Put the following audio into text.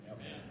Amen